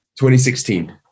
2016